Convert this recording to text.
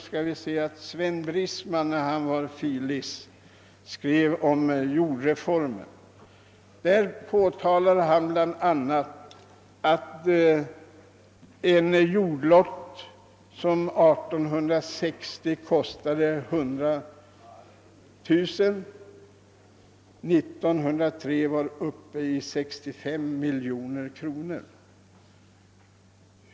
skrev han om jordreformen och påtalade bl.a. att en jordlott som 1860 kostade 100 000 kronor var år 1903 uppe i 65 miljoner kronor.